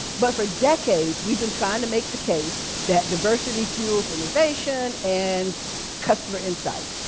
but for decades, we've been trying to make the case that diversity fuels innovation and customer insight.